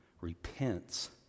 repents